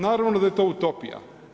Naravno da je to utopija.